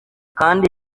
kandi